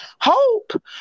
Hope